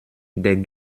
der